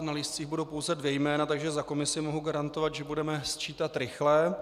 Na lístcích budou pouze dvě jména, takže za komisi mohu garantovat, že budeme sčítat rychle.